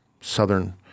southern